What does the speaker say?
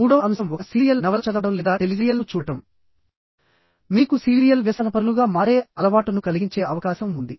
మూడవ అంశం ఒక సీరియల్ నవల చదవడం లేదా టెలిజెరియల్ ను చూడటం మీకు సీరియల్ వ్యసనపరులుగా మారే అలవాటును కలిగించే అవకాశం ఉంది